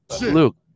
Luke